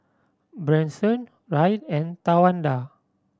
Branson Ryne and Tawanda